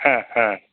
ह ह